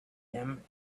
him